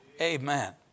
Amen